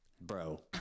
bro